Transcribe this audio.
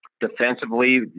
defensively